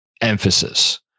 emphasis